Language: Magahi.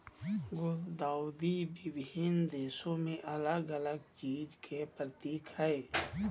गुलदाउदी विभिन्न देश में अलग अलग चीज के प्रतीक हइ